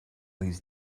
his